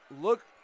Look